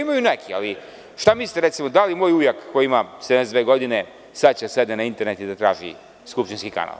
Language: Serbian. Imaju neki, ali šta mislite, recimo, da li će moj ujak, koji ima 72 godine, sad da sedne na internet i da traži skupštinski kanal.